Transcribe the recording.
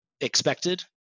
expected